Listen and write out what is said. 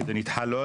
וזה נדחה,